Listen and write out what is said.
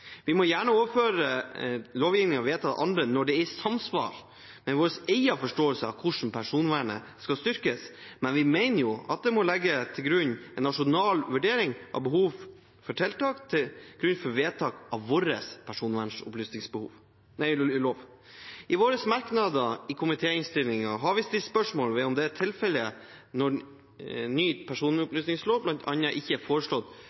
Vi må gjerne overføre lovgivning vedtatt av andre når det er i samsvar med vår egen forståelse av hvordan personvernet skal styrkes, men vi mener det må ligge en nasjonal vurdering av behov for tiltak til grunn for vedtak av vår personopplysningslov. I våre merknader i komitéinnstillingen har vi stilt spørsmål ved om dette er tilfellet når det i ny personopplysningslov bl.a. ikke er foreslått